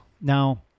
Now